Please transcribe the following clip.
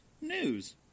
news